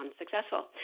unsuccessful